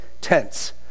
tense